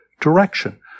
direction